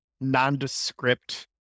nondescript